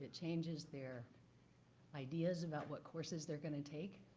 ah changes their ideas about what courses they're going to take,